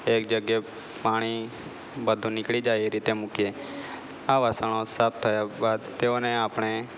એક જગ્યાએ પાણી બધું નિકળી જાય એ રીતે મૂકીએ આ વાસણો સાફ થયા બાદ તેઓને આપણે